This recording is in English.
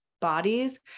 bodies